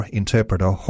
interpreter